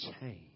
change